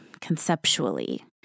conceptually